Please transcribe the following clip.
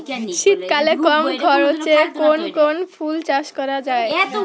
শীতকালে কম খরচে কোন কোন ফুল চাষ করা য়ায়?